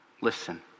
Listen